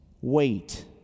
wait